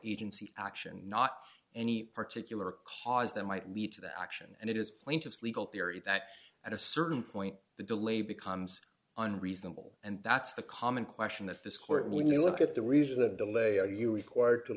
agency action not any particular cause that might lead to the action and it is plaintiff's legal theory that at a certain point the delay becomes unreasonable and that's the common question that this court when you look at the region that delay are you required to